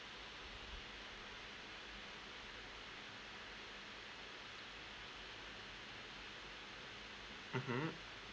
mmhmm